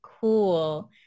cool